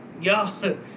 Y'all